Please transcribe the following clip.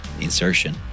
insertion